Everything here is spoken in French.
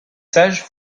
sages